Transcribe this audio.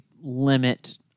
limit